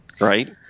right